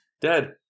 dead